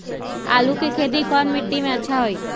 आलु के खेती कौन मिट्टी में अच्छा होइ?